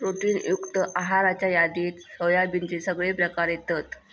protein युक्त आहाराच्या यादीत सोयाबीनचे सगळे प्रकार येतत